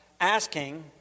asking